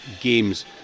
games